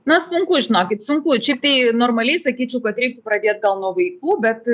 na sunku žinokit sunku šiaip tai normaliai sakyčiau kad reiktų pradėt gal nuo vaikų bet